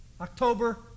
October